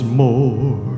more